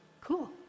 Cool